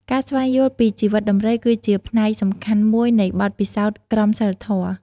ការស្វែងយល់ពីជីវិតដំរី គឺជាផ្នែកសំខាន់មួយនៃបទពិសោធន៍ក្រមសីលធម៌។